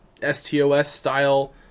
STOS-style